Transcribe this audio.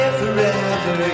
forever